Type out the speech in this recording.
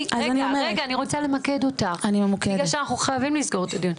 אני רוצה למקד אותך בגלל שאנחנו חייבים לסגור את הדיון.